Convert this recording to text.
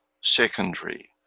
secondary